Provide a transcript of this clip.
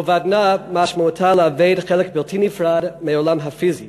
אובדנה משמעו לאבד חלק בלתי נפרד מהעולם הפיזי.